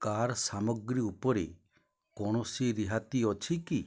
car ସାମଗ୍ରୀ ଉପରେ କୌଣସି ରିହାତି ଅଛି କି